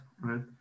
right